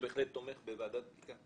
בהחלט תומך בוועדת בדיקה.